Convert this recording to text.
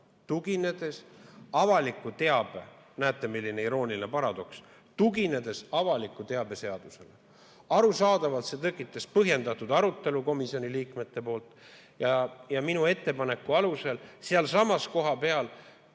tuginedes avaliku teabe – näete, milline irooniline paradoks! – seadusele. Arusaadavalt see tekitas põhjendatud arutelu komisjoni liikmete seas ja minu ettepaneku alusel sealsamas kohapeal